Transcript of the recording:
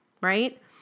right